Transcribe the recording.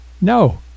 no